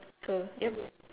so yup